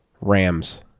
Rams